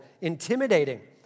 intimidating